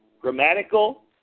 grammatical